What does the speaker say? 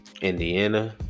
Indiana